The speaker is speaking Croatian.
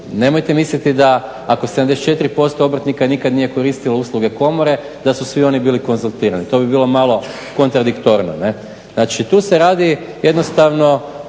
nemojte misliti da ako 74% obrtnika nikad nije koristilo usluge komore da su svi oni bili konzultirani. To bi bilo malo kontradiktorno. Znači tu se radi jednostavno